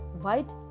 white